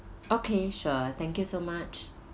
okay sure thank you so much